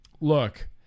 Look